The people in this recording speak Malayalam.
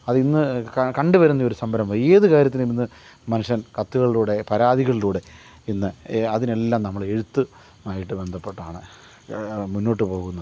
അത് ഇന്ന് കണ്ട് വരുന്ന ഒരു സംരംഭം ഏത് കാര്യത്തിനും ഇന്ന് മനുഷ്യൻ കത്തുകളിലൂടെ പരാതികളിലൂടെ ഇന്ന് അതിനെല്ലാം നമ്മളെഴ്ത്ത് മായ്ട്ട് ബന്ധപ്പെട്ടാണ് മുന്നോട്ട് പോകുന്നത്